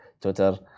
Twitter